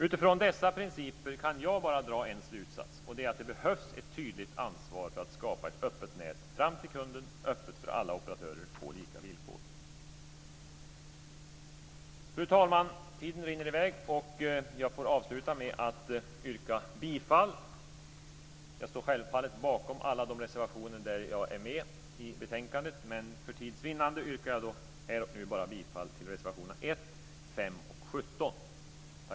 Utifrån dessa principer kan jag bara dra en slutsats, och det är att det behövs ett tydligt ansvar för att skapa ett öppet nät fram till kunden, öppet för alla operatörer på lika villkor. Fru talman! Tiden rinner i väg. Jag står självfallet bakom alla de reservationer där jag är med, men för tids vinnande yrkar jag bifall bara till reservationerna